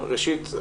ראשית,